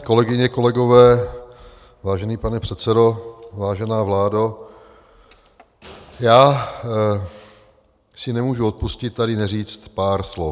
Kolegyně, kolegové, vážený pane předsedo, vážená vládo, já si nemůžu odpustit tady neříct pár slov.